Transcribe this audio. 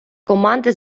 команди